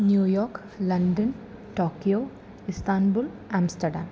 New York London Tokyo Istanbul Amsterdam